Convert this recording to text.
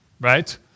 right